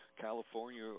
California